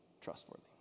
trustworthy